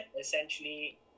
essentially